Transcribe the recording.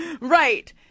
Right